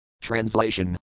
Translation